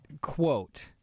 quote